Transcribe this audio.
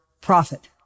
profit